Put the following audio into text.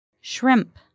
Shrimp